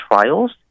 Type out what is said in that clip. trials